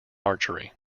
archery